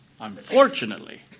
unfortunately